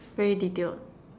very detailed